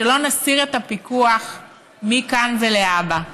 שלא נסיר את הפיקוח מכאן ולהבא.